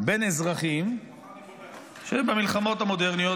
בין אזרחים שהיו במלחמות המודרניות,